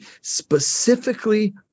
specifically